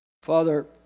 Father